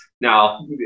now